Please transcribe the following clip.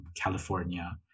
California